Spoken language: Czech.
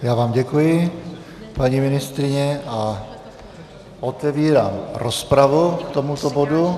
Já vám děkuji, paní ministryně, a otevírám rozpravu k tomuto bodu.